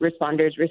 responders